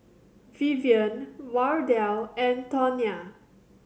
Vivian Wardell and Tonya